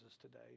today